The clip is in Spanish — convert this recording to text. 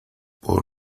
por